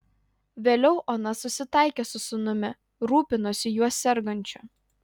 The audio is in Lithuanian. vėliau ona susitaikė su sūnumi rūpinosi juo sergančiu